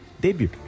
debut